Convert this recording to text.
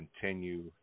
continue